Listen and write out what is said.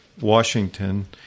Washington